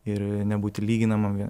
ir nebūti lyginamam